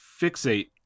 fixate